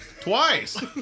Twice